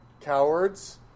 cowards